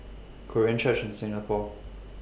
Korean Church in Singapore